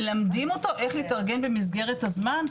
מלמדים אותו איך להתארגן במסגרת הזמן,